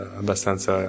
abbastanza